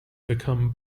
become